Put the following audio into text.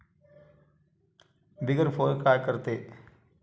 Big four काय करते?